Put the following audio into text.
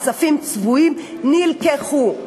כספים צבועים נלקחו.